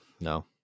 no